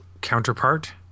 counterpart